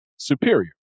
Superior